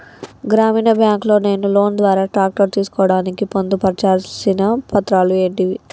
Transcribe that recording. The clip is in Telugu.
గ్రామీణ బ్యాంక్ లో నేను లోన్ ద్వారా ట్రాక్టర్ తీసుకోవడానికి పొందు పర్చాల్సిన పత్రాలు ఏంటివి?